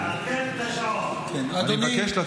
תתחיל וזהו, נו.